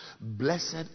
Blessed